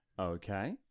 Okay